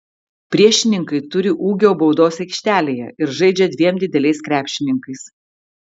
priešininkai turi ūgio baudos aikštelėje ir žaidžia dviem dideliais krepšininkais